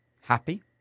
happy